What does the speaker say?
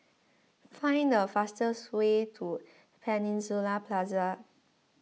find the fastest way to Peninsula Plaza